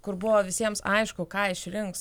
kur buvo visiems aišku ką išrinks